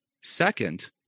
Second